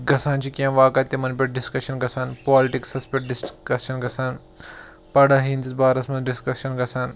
گژھان چھِ کیٚنٛہہ واقعہ تِمَن پٮ۪ٹھ ڈِسکشَن گژھان پالٹِکسَس پٮ۪ٹھ ڈِسکَشَن گَژھان پَڑھاے ہٕنٛدِس بارَس منٛز ڈِسکَشَن گژھان